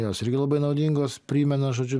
jos irgi labai naudingos primena žodžiu